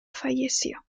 falleció